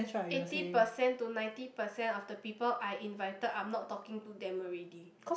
eighty percent to ninety percent of the people I invited I'm not talking to them already